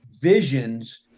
visions